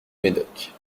médoc